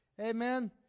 Amen